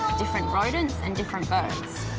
different rodants, and different birds.